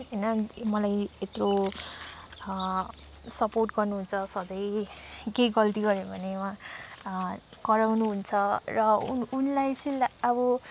होइन मलाई यत्रो सपोर्ट गर्नुहुन्छ सधैँ केही गलती गरेँ भने कराउनुहुन्छ र उनी उनलाई चाहिँ अब